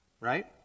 Right